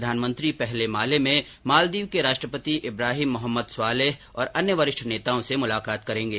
प्रधानमंत्री पहले माले में मालदीव के राष्ट्रपति इब्राहिम मोहम्मद स्वालेह और अन्य वरिष्ठ नेताओं से मुलाकात करेंगे